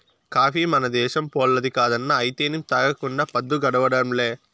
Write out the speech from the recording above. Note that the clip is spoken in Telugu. కాఫీ మన దేశంపోల్లది కాదన్నా అయితేనేం తాగకుండా పద్దు గడవడంలే